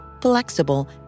flexible